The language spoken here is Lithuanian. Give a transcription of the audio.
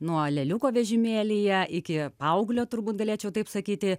nuo lėliuko vežimėlyje iki paauglio turbūt galėčiau taip sakyti